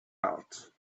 out